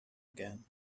again